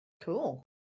Cool